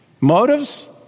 Motives